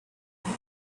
and